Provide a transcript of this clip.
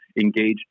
engaged